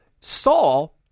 Saul